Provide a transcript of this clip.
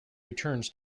returns